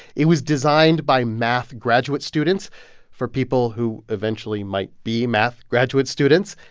it was designed by math graduate students for people who eventually might be math graduate students.